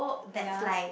ya